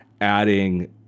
adding